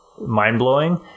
mind-blowing